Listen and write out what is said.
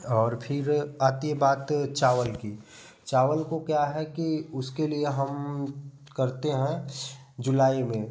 और फिर आती है बात चावल की चावल को क्या है कि उसके लिए हम करते हैं जुलाई में